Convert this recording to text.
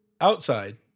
Outside